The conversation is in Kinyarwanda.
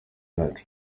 yacu